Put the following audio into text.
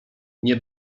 nie